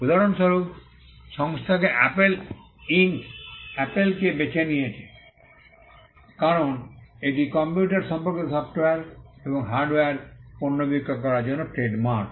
উদাহরণস্বরূপ সংস্থা Apple Inc আপেলকে বেছে নিয়েছে কারণ এটি কম্পিউটার সম্পর্কিত সফ্টওয়্যার এবং হার্ডওয়্যার পণ্য বিক্রয় করার জন্য ট্রেডমার্ক